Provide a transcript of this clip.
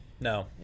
No